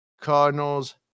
Cardinals